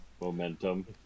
Momentum